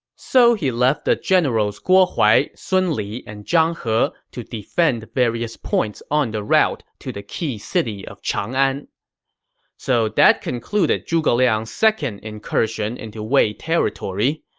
so he left the generals guo hua, sun li, and zhang he to defend various points on the route to the key city of chang'an so that concluded zhuge liang's second incursion into wei territory.